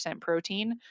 protein